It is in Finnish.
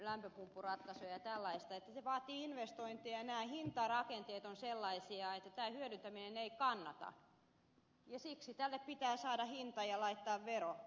se vaatii investointeja ja nämä hintarakenteet ovat sellaisia että tämä hyödyntäminen ei kannata ja siksi tälle pitää saada hinta ja laittaa vero